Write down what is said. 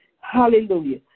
Hallelujah